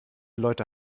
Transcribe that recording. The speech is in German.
leute